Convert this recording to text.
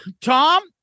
Tom